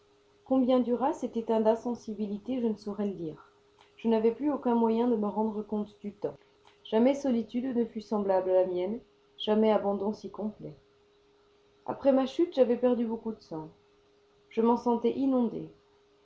combien dura cet état d'insensibilité je ne saurais le dire je n'avais plus aucun moyen de me rendre compte du temps jamais solitude ne fut semblable à la mienne jamais abandon si complet après ma chute j'avais perdu beaucoup de sang je m'en sentais inondé